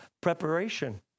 Preparation